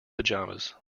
pajamas